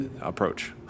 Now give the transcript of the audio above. approach